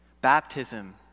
Baptism